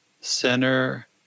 center